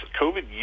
COVID